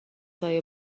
سایه